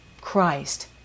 Christ